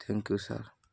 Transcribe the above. thank you sir